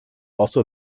also